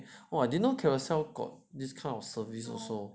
!wah! I didn't know Carousell got this kind of service also